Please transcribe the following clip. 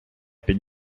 під